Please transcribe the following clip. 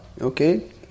okay